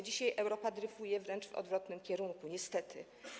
Dzisiaj Europa dryfuje wręcz w odwrotnym kierunku niestety.